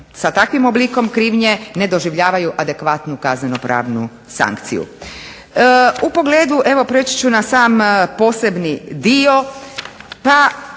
sa takvim oblikom krivnje ne doživljavaju adekvatnu kaznenopravnu sankciju. U pogledu, evo preći ću na sam posebni dio